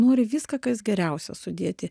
nori viską kas geriausia sudėti